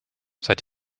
seid